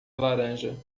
laranja